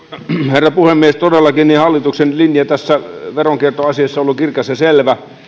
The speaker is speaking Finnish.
herra puhemies todellakin hallituksen linja tässä veronkiertoasiassa on ollut kirkas ja selvä